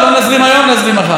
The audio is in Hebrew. לא נזרים היום, נזרים מחר.